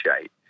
shape